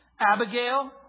Abigail